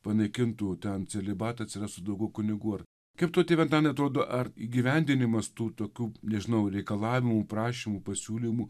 panaikintų ten celibatą atsirastų daugiau kunigų ar kaip tau tėve antanai atrodo ar įgyvendinimas tų tokių nežinau reikalavimų prašymų pasiūlymų